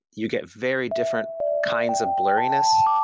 you get very different kinds of blurriness.